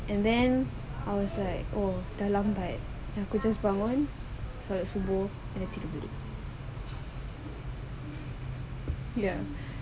and then I was like oh dah lambat selepas aku bangun solat subuh and tidur balik ya